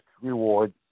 reward